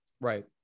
right